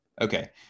Okay